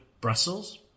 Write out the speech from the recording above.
Brussels